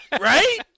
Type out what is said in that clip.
Right